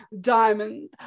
Diamond